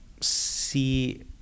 see